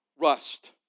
Rust